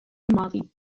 الماضي